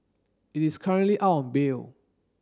he is currently out on bail